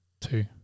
Two